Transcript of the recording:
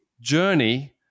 journey